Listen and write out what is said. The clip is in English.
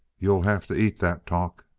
you'll have to eat that talk!